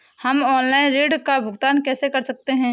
हम ऑनलाइन ऋण का भुगतान कैसे कर सकते हैं?